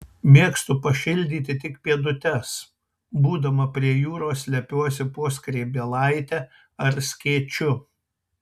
mėgstu pašildyti tik pėdutes būdama prie jūros slepiuosi po skrybėlaite ar skėčiu